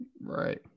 right